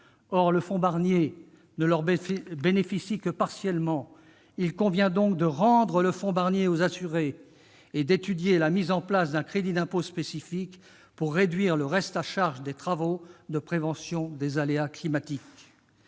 Or le fonds Barnier ne leur profite que partiellement. Il convient donc de rendre le fonds Barnier aux assurés et d'étudier la mise en place d'un crédit d'impôt spécifique afin de réduire le reste à charge pour les travaux de prévention des aléas climatiques.